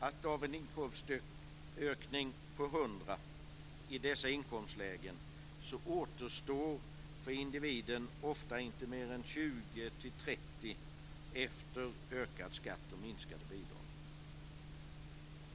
Av en inkomstökning på 100 kr i dessa inkomstlägen återstår för individen ofta inte mer än 20-30 kr efter ökad skatt och minskade bidrag.